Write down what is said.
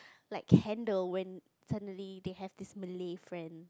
like handle when suddenly they have this Malay friend